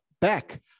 back